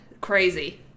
Crazy